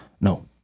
No